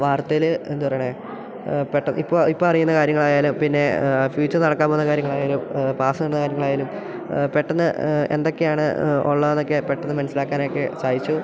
വാർത്തയിൽ എന്തറേണേ പെട്ട ഇപ്പോൾ ഇപ്പം അറിയുന്ന കാര്യങ്ങളായാലും പിന്നെ ഫ്യൂച്ചർ നടക്കാൻ പോകുന്ന കാര്യങ്ങളായാലും പാസ്സ്ന്ന കാര്യങ്ങളായാലും പെട്ടെന്ന് എന്തൊക്കെയാണ് ഉള്ളതെന്നൊക്കെ പെട്ടെന്ന് മനസ്സിലാക്കാനൊക്കെ സഹായിച്ചു